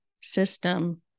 system